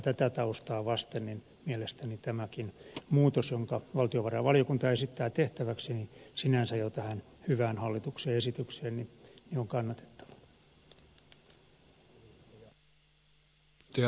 tätä taustaa vasten mielestäni tämäkin muutos jonka valtiovarainvaliokunta esittää tehtäväksi jo tähän hyvään hallituksen esitykseen on sinänsä kannatettava